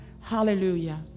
Hallelujah